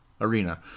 arena